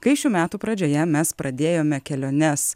kai šių metų pradžioje mes pradėjome keliones